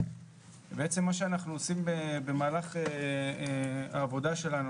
ובעצם מה שאנחנו עושים במהלך העבודה שלנו,